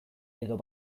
edo